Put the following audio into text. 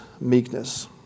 meekness